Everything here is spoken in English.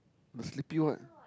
a sleepy what